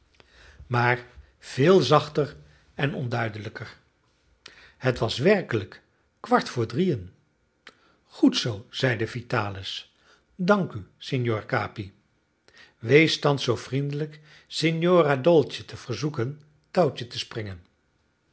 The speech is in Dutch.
maar veel zachter en onduidelijker het was werkelijk kwart vr drieën goed zoo zeide vitalis dank u signor capi wees thans zoo vriendelijk signora dolce te verzoeken touwtje te springen